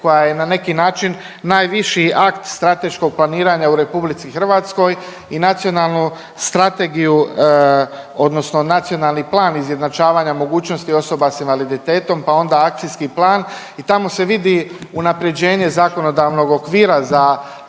koja je na neki način najviši akt strateškog planiranja u Republici Hrvatskoj i Nacionalnu strategiju, odnosno Nacionalni plan izjednačavanja mogućnosti osoba sa invaliditetom, pa onda akcijski plan. I tamo se vidi unapređenje zakonodavnog okvira